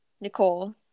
Nicole